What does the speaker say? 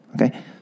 Okay